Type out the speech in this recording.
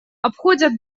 обходят